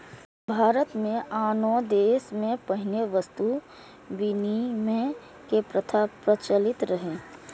भारत मे आ आनो देश मे पहिने वस्तु विनिमय के प्रथा प्रचलित रहै